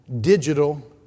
digital